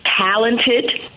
talented